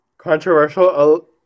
Controversial